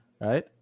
right